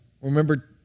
remember